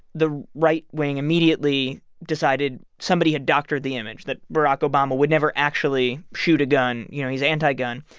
the right-wing immediately decided somebody had doctored the image, that barack obama would never actually shoot a gun. you know, he's anti-gun.